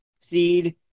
seed